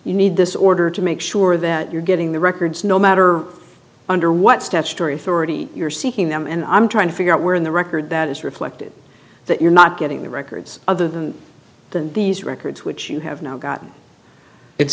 you need this order to make sure that you're getting the records no matter under what statutory authority you're seeking them and i'm trying to figure out where in the record that is reflected that you're not getting the records other than the these records which you have now gotten it's